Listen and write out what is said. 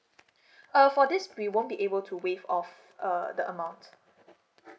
uh for this we won't be able to waive off uh the amount